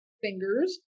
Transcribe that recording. fingers